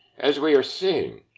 as we are seeing,